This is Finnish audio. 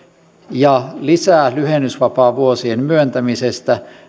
ja lisälyhennysvapaavuosien myöntämisestä